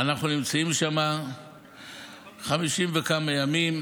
אנחנו נמצאים שם 50 וכמה ימים,